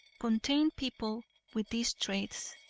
contained people with these traits,